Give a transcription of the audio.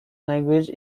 language